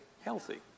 healthy